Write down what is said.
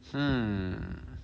hmm